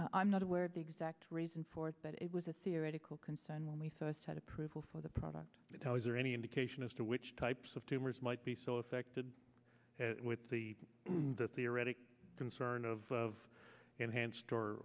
i'm not aware of the exact reason for it but it was a theoretical concern when we first had approval for the product is there any indication as to which types of tumors might be so affected with the theoretic concern of enhanced or